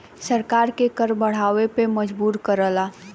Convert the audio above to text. सरकार के कर बढ़ावे पे मजबूर करला